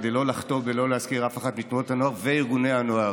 כדי לא לחטוא בלא להזכיר אחת מתנועות הנוער וארגוני הנוער,